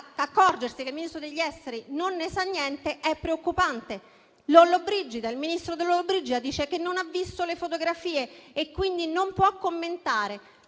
accorgersi che il Ministro degli affari esteri non ne sa niente è preoccupante. Il ministro Lollobrigida dice che non ha visto le fotografie e quindi non può commentare.